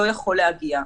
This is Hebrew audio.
לא יכול להגיע.